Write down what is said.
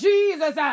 Jesus